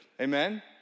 amen